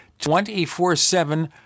24/7